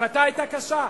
וההחלטה היתה קשה,